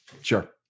Sure